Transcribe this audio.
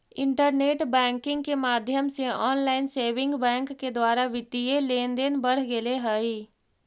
internet banking के माध्यम से ऑनलाइन सेविंग बैंक के द्वारा वित्तीय लेनदेन बढ़ गेले हइ